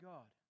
God